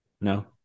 No